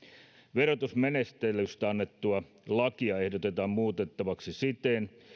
verotusmenettelystä annettua lakia ehdotetaan muutettavaksi siten